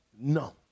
no